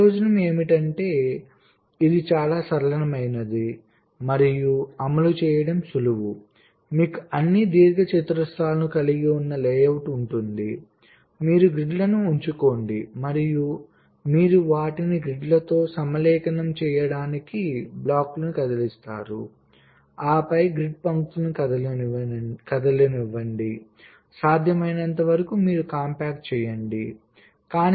ప్రయోజనం ఏమిటంటే ఇది చాలా సరళమైనది మరియు అమలు చేయడం సులభం మీకు అన్ని దీర్ఘచతురస్రాలను కలిగి ఉన్న లేఅవుట్ ఉంది మీరు గ్రిడ్లను ఉంచుకోండి మరియు మీరు వాటిని గ్రిడ్లతో సమలేఖనం చేయడానికి బ్లాక్లను కదిలిస్తారు ఆపై గ్రిడ్ పంక్తులు కదలనివ్వండి సాధ్యమైనంతవరకు మీరు కాంపాక్ట్ చేయవచ్చు